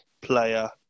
player